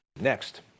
Next